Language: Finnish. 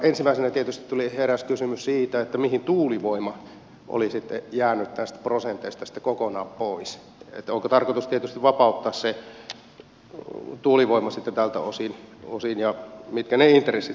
ensimmäisenä tietysti heräsi kysymys siitä mihin tuulivoima oli sitten jäänyt näistä prosenteista kokonaan pois onko tarkoitus vapauttaa se tuulivoima tältä osin ja mitkä ne intressit sitten ovat